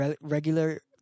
regular